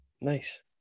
nice